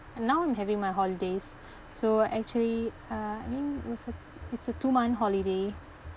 now I'm having my holidays so actually uh I mean it was a it's a two month holiday